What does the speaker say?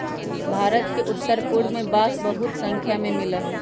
भारत के उत्तर पूर्व में बांस बहुत स्नाख्या में मिला हई